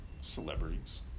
celebrities